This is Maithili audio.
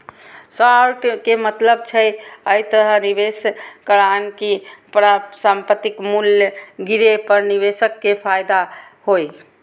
शॉर्ट के मतलब छै, अय तरहे निवेश करनाय कि परिसंपत्तिक मूल्य गिरे पर निवेशक कें फायदा होइ